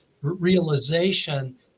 realization